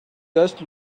just